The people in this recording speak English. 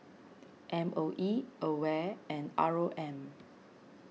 M O E Aware and R O M